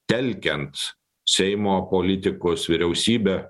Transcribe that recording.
telkiant seimo politikus vyriausybę